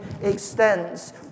extends